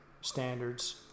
standards